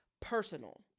personal